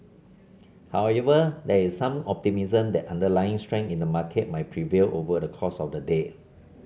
however there is some optimism that underlying strength in the market might prevail over the course of the day